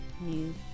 new